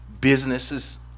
businesses